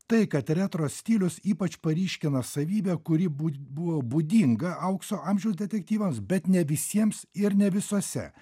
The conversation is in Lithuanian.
tai kad retro stilius ypač paryškina savybę kuri būt buvo būdinga aukso amžiaus detektyvams bet ne visiems ir ne visuose